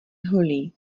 holí